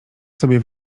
sobie